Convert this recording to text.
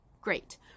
great